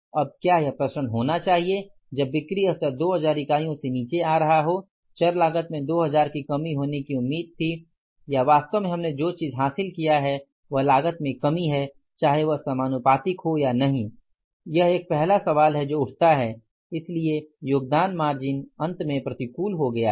अब क्या यह प्रसरण होना चाहिए जब बिक्री स्तर 2000 इकाइयों से नीचे आ रहा हो चर लागत में 2000 की कमी होने की उम्मीद थी या वास्तव में हमने जो चीज़ हासिल किया है वह लागत में कमी है चाहे वह समानुपातिक हो या नहीं यह एक पहला सवाल है जो उठता है इसलिए योगदान मार्जिन अंत में प्रतिकूल हो गया है